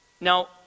Now